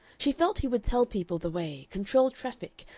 she felt he would tell people the way, control traffic,